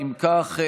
אם כך,